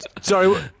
Sorry